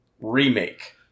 remake